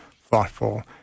thoughtful